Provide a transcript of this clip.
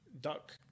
Duck